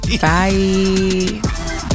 bye